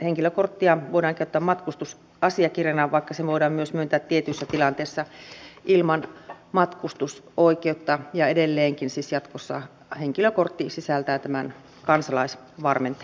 henkilökorttia voidaan käyttää matkustusasiakirjana vaikka se voidaan myös myöntää tietyissä tilanteissa ilman matkustusoikeutta ja edelleenkin siis jatkossa henkilökortti sisältää tämän kansalaisvarmenteen